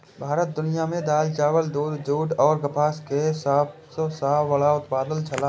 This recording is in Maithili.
भारत दुनिया में दाल, चावल, दूध, जूट और कपास के सब सॉ बड़ा उत्पादक छला